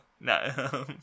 No